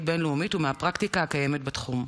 בין-לאומית ומהפרקטיקה הקיימת בתחום.